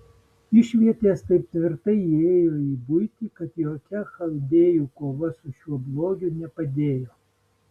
išvietės taip tvirtai įėjo į buitį kad jokia chaldėjų kova su šiuo blogiu nepadėjo